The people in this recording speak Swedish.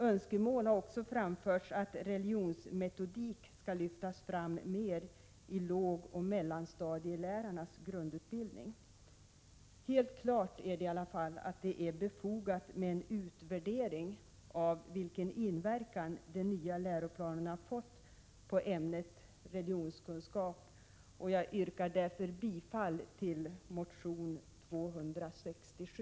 Önskemål har också framförts om att religionsmetodik skall lyftas fram mera i lågoch mellanstadielärarnas grundutbildning. Helt klart är i alla fall att det är befogat med en utvärdering av vilken inverkan den nya läroplanen har fått på ämnet religionskunskap. Jag yrkar därför bifall till motion 267.